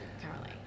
currently